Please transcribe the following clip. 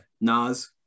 Nas